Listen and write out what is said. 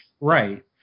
Right